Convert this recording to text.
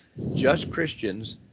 JustChristians